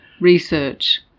Research